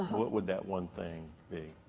what would that one thing be?